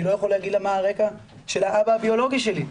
אני לא יכול להגיד לה מה הרקע של האבא הביולוגי שלי,